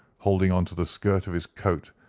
holding on to the skirt of his coat,